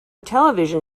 television